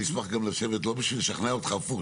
אני אשמח גם לשבת, לא בשביל לשכנע אותך הפוך.